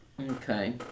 Okay